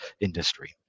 industry